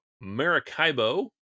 Maracaibo